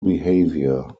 behavior